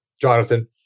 Jonathan